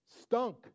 stunk